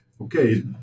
okay